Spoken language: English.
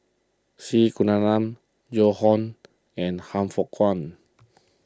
C Kunalan Joan Hon and Han Fook Kwang